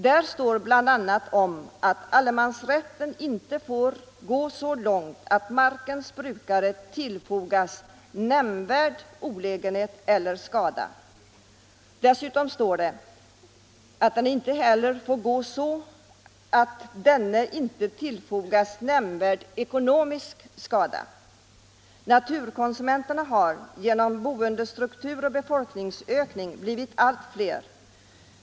Där står bl.a. att allemansrätten inte får gå så långt att markens brukare ”tillfogas nämnvärd olägenhet eller skada”. Dessutom talas det om att tillvarata allmänhetens intresse av rörelsefrihet i markerna ”så länge markägaren inte tillfogas nämnvärd ekonomisk skada”. Naturkonsumenterna har genom boendestruktur och befolkningsökning blivit allt fler.